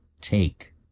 take